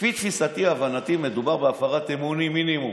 לפי תפיסתי, הבנתי, מדובר בהפרת אמונים מינימום.